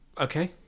okay